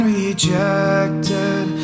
rejected